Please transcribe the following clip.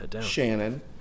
Shannon